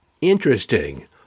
Interesting